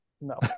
No